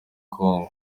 kongo